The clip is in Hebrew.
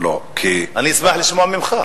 אני אשמח לשמוע ממך.